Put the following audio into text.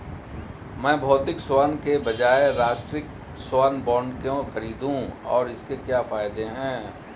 मैं भौतिक स्वर्ण के बजाय राष्ट्रिक स्वर्ण बॉन्ड क्यों खरीदूं और इसके क्या फायदे हैं?